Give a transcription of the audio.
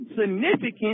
significant